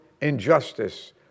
injustice